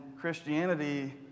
Christianity